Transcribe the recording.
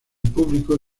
público